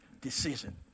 decision